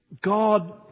God